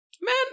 Man